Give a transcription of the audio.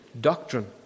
doctrine